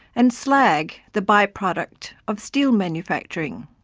and slag, the by-product of steel manufacturing.